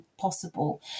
possible